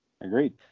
Agreed